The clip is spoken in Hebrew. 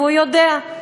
והוא יודע,